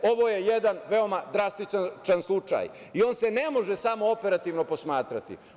Ovo je jedan veoma drastičan slučaj i on se ne može samo operativno posmatrati.